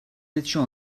étions